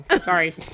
sorry